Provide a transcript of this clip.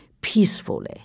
peacefully